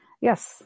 Yes